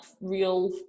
real